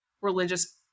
religious